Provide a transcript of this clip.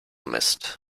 mist